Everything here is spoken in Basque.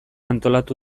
antolatu